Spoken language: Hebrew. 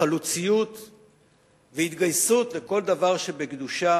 חלוציות והתגייסות לכל דבר שבקדושה,